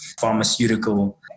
pharmaceutical